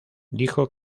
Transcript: dijo